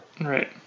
Right